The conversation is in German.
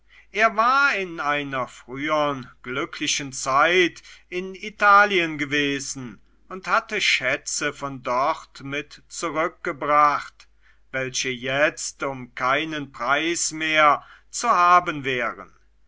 er war in einer frühern glücklichen zeit in italien gewesen und hatte schätze von dort mitgebracht welche jetzt um keinen preis mehr zu haben wären